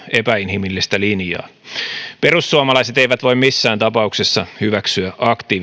epäinhimillistä linjaa perussuomalaiset eivät voi missään tapauksessa hyväksyä aktiivimallia